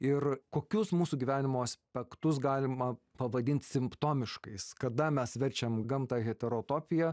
ir kokius mūsų gyvenimo aspektus galima pavadint simptomiškais kada mes verčiam gamtą heterotopija